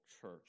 church